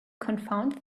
confounded